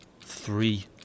three